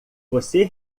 você